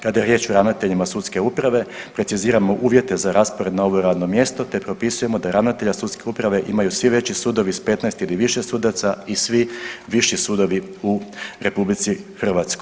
Kada je riječ o ravnateljima sudske uprave, preciziramo uvjete za raspored na ovo radno mjesto te propisujemo da ravnatelja sudske uprave imaju svi veći sudovi s 15 ili više sudaca i svi viši sudovi u RH.